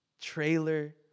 Trailer